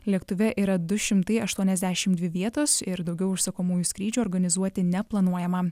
lėktuve yra du šimtai aštuoniasdešimt dvi vietos ir daugiau užsakomųjų skrydžių organizuoti neplanuojama